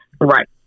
Right